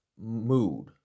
mood